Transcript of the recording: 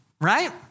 right